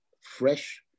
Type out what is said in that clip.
fresh